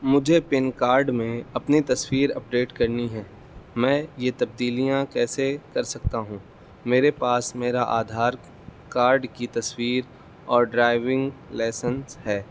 مجھے PAN card میں اپنی تصویر اپڈیٹ کرنی ہے میں یہ تبدیلیاں کیسے کر سکتا ہوں میرے پاس میرا آدھار کارڈ کی تصویر اور ڈرائیونگ لائسنس ہے